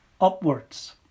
upwards